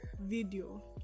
video